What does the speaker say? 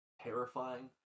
terrifying